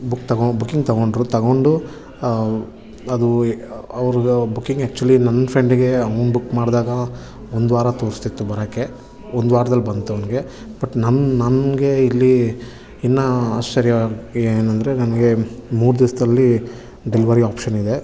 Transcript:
book ತಗೋ booking ತಗೊಂಡರು ತಗೊಂಡು ಅವು ಅದು ಅವ್ರಿಗೆ ಬುಕಿಂಗ್ ಆ್ಯಕ್ಚುಲಿ ನನ್ನ ಫ್ರೆಂಡ್ಗೆ ಅವ್ನ ಬುಕ್ ಮಾಡಿದಾಗ ಒಂದು ವಾರ ತೋರಿಸ್ತಿತ್ತು ಬರೋಕ್ಕೆ ಒಂದು ವಾರ್ದಲ್ಲಿ ಬಂತು ಅವನಿಗೆ ಬಟ್ ನನ್ನ ನನಗೆ ಇಲ್ಲಿ ಇನ್ನೂ ಆಶ್ಚರ್ಯ ಏನೆಂದ್ರೆ ನನಗೆ ಮೂರು ದಿವ್ಸದಲ್ಲಿ ಡೆಲ್ವರಿ ಆಪ್ಷನ್ ಇದೆ